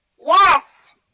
Yes